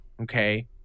Okay